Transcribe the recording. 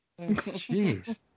Jeez